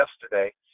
yesterday